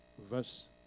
verse